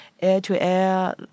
air-to-air